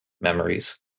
memories